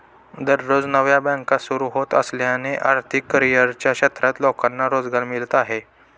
दररोज नव्या बँका सुरू होत असल्याने आर्थिक करिअरच्या क्षेत्रात लोकांना रोजगार मिळत आहे